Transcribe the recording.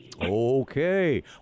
Okay